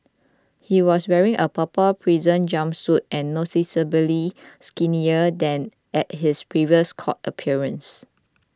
he was wearing a purple prison jumpsuit and noticeably skinnier than at his previous court appearance